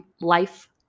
life